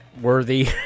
worthy